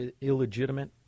illegitimate